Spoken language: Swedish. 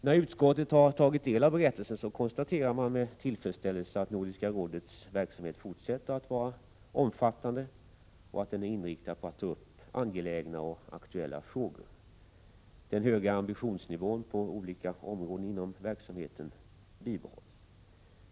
När utskottet har tagit del av berättelsen konstaterar man med tillfredsställelse att Nordiska rådets verksamhet fortsätter att vara omfattande och att den är inriktad på att ta upp angelägna och aktuella frågor. Den höga ambitionsnivån på olika områden inom verksamheten bibehålls.